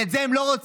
ואת זה הם לא רוצים.